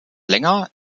länger